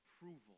approval